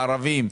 לערבים,